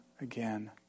again